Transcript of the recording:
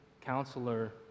counselor